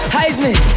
Heisman